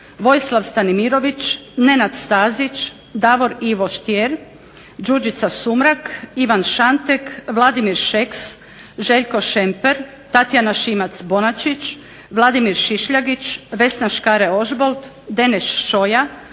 Vojislav Stanimirović, Nenad Stazić, Davor Ivo Stier, Đurđica Sumrak, Ivan Šantek, Vladimir Šeks, Željko Šemper, Tatjana Šimac Bonačić, Vladimir Šišljagić, Vesna Škare Ožbolt, Deneš Šoja,